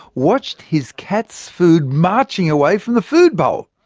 watched his cat's food marching away from the food bowl.